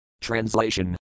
TRANSLATION